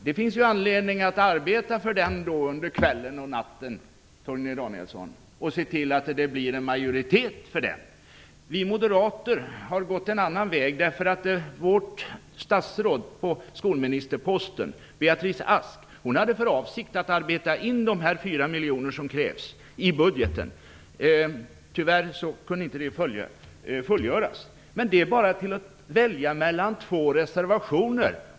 Det finns ju då anledning att arbeta för reservationen under kvällen och natten, Torgny Danielsson, så att ni ser till att det blir en majoritet för den. Vi moderater har valt en annan väg. F.d. statsrådet på skolministerposten, Beatrice Ask, hade ju för avsikt att arbeta in dessa 4 miljoner som krävs i budgeten, men tyvärr kunde inte detta fullgöras. Men det är bara att välja mellan två reservationer.